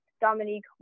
dominique